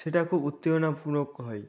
সেটা খুব উত্তেজনাফূরক হয়